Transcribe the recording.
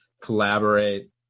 collaborate